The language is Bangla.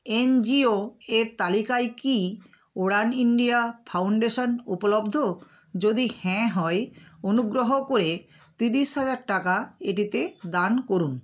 এনজিও এর তালিকায় কি উড়ান ইণ্ডিয়া ফাউণ্ডেশন উপলব্ধ যদি হ্যাঁ হয় অনুগ্রহ করে তিরিশ হাজার টাকা এটিতে দান করুন